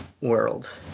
world